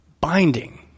binding